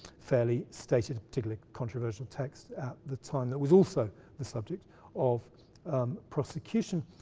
fairly stated particularly controversial text at the time, that was also the subject of prosecution.